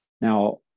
Now